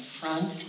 front